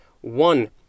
One